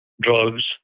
drugs